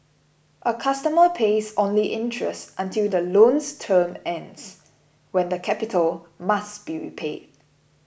a customer pays only interest until the loan's term ends when the capital must be repaid